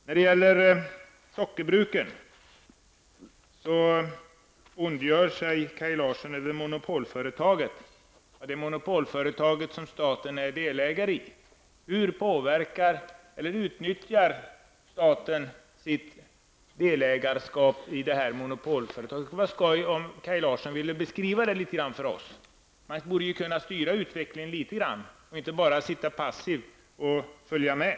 När det gäller sockerbruken ondgör sig Kaj Larsson över monopolföretaget. Det är ett monopolföretag där staten är delägare. Hur utnyttjar staten sitt delägarskap i detta monopolföretag? Det skulle vara skojigt om Kaj Larsson kunde beskriva det litet för oss. Man borde kunna styra utvecklingen litet inte bara sitta och passivt följa med.